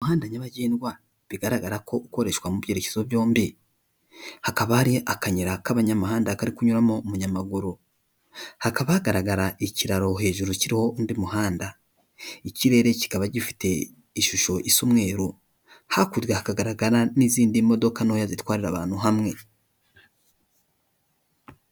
Umuhanda nyabagendwa bigaragara ko ukoreshwa mu byerekezo byombi, hakaba hari akayira k'abanyamuhanda kari kunyuramo umunyamaguru hakaba hagaragara ikiraro hejuru kiriho undi muhanda, ikirere kikaba gifite ishusho isa umweru hakurya hagaragara n'izindi modoka ntoya zitwararira abantu hamwe.